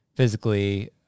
Physically